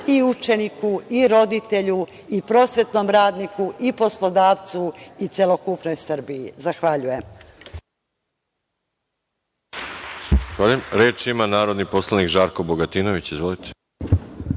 i učeniku i roditelju i prosvetnom radniku i poslodavcu i celokupnoj Srbiji. Zahvaljujem. **Veroljub Arsić** Reč ima narodni poslanik Žarko Bogatinović. Izvolite.